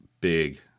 big